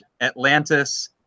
Atlantis